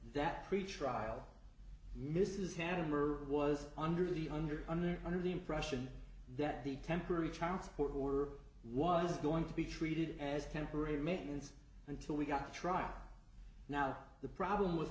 that pretrial mrs hannover was under the under under under the impression that the temporary child support order was going to be treated as temporary maintenance until we got trial now the problem with